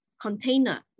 container